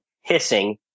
hissing